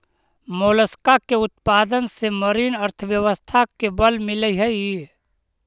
Mollusca के उत्पादन से मरीन अर्थव्यवस्था के बल मिलऽ हई